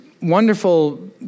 Wonderful